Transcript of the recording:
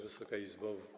Wysoka Izbo!